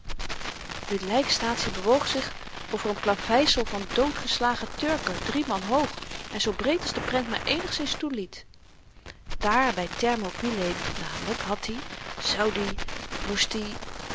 de lykstaatsie bewoog zich over n plaveisel van doodgeslagen turken drie man hoog en zoo breed als de prent maar eenigszins toeliet daar by thermopylae namelyk had i zoud i